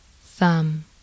thumb